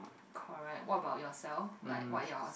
correct what about yourself like what you're